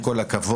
עם כל הכבוד,